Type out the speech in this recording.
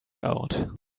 out